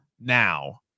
now